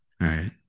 right